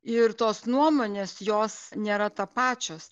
ir tos nuomonės jos nėra tapačios